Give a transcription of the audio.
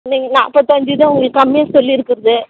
நீங்கள் நாற்பத்தஞ்சிதான் உங்களுக்கு கம்மி சொல்லிருக்கிறது